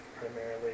primarily